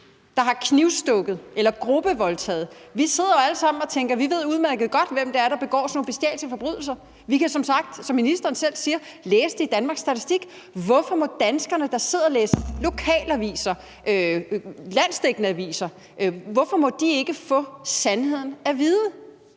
der har knivstukket eller gruppevoldtaget? Vi sidder alle sammen og tænker: Vi ved udmærket godt, hvem det er, der begår sådan nogle bestialske forbrydelser. Vi kan som sagt, som ministeren selv siger, læse det i Danmarks Statistik. Hvorfor må danskerne, der sidder og læser lokalaviser og landsdækkende aviser, ikke få sandheden at vide?